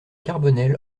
carbonel